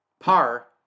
par